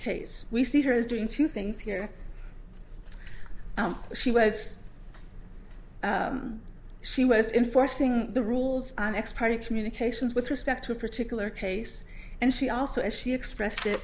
case we see her as doing two things here she was she was in forcing the rules on ex parte communications with respect to a particular case and she also as she expressed it